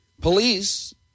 Police